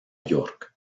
york